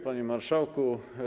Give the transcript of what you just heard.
Panie Marszałku!